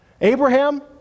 Abraham